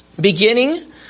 Beginning